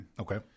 Okay